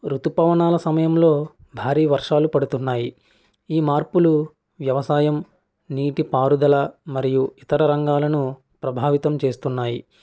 ఋతుపవనాల సమయంలో భారీ వర్షాలు పడుతున్నాయి ఈ మార్పులు వ్యవసాయం నీటి పారుదల మరియు ఇతర రంగాలను ప్రభావితం చేస్తున్నాయి